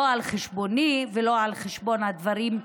לא על חשבוני ולא על חשבון הדברים.